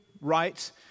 rights